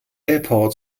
airport